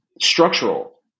structural